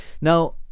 now